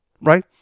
right